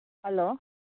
hello